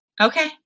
Okay